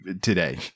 today